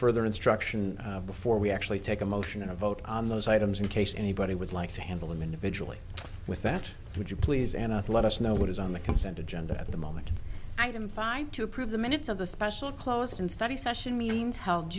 further instruction before we actually take a motion and a vote on those items in case anybody would like to handle them individually with that which you please and let us know what is on the consent agenda at the moment i am fine to approve the minutes of the special clothes and